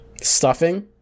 stuffing